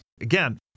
Again